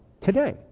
today